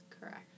Correct